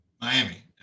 Miami